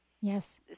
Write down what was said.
Yes